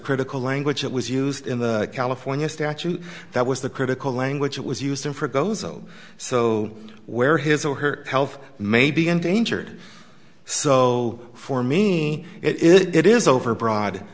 critical language that was used in the california statute that was the critical language it was used in for those of so where his or her health may be endangered so for me it is overbroad